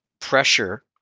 pressure